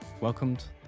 welcomed